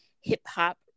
hip-hop